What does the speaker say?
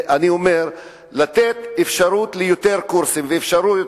אני אומר לתת אפשרות ליותר קורסים ויותר אפשרות